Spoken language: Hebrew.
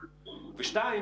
שניים,